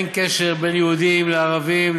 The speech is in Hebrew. אין קשר ליהודים וערבים,